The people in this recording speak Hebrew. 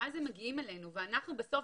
ואז הם מגיעים אלינו ואנחנו בסוף,